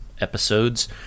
episodes